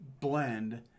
blend